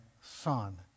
Son